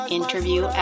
interview